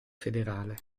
federale